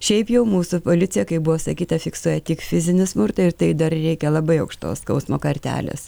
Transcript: šiaip jau mūsų policija kaip buvo sakyta fiksuoja tik fizinį smurtą ir tai dar reikia labai aukštos skausmo kartelės